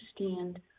understand